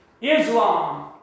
Islam